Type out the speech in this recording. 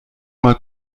mal